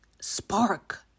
spark